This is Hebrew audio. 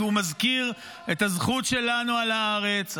כי הוא מזכיר את הזכות שלנו על הארץ,